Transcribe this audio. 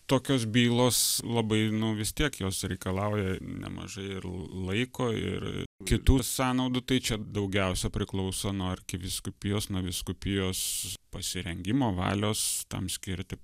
tokios bylos labai nu vis tiek jos reikalauja nemažai ir laiko ir kitų sąnaudų tai čia daugiausia priklauso nuo arkivyskupijos nuo vyskupijos pasirengimo valios tam skirti